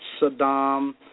Saddam